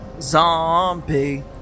Zombie